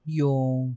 yung